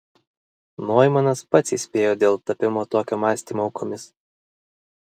noimanas pats įspėjo dėl tapimo tokio mąstymo aukomis